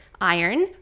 iron